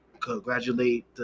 congratulate